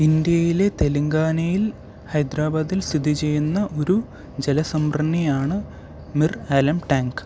ഇന്ത്യയിലെ തെലങ്കാനയിൽ ഹൈദരാബാദിൽ സ്ഥിതി ചെയ്യുന്ന ഒരു ജലസംഭർണിയാണ് മിർ അലം ടാങ്ക്